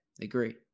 Agree